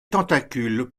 tentacules